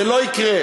זה לא יקרה.